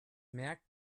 merkt